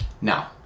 Now